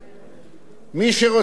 מי שרוצה ללמוד תורה,